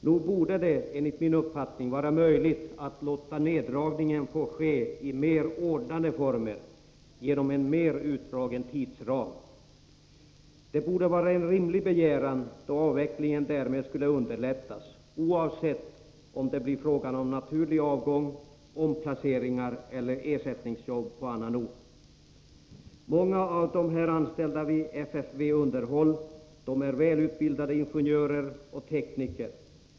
Det borde enligt min uppfattning vara möjligt att låta neddragningen få ske i mer ordnade former, genom en mer utdragen tidsram. Detta borde vara en rimlig begäran då avvecklingen därmed skulle underlättas, oavsett om det blir fråga om naturlig avgång, omplaceringar eller ersättningsjobb på annan ort. Många av de anställda vid FFV Underhåll är välutbildade ingenjörer och tekniker.